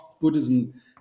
Buddhism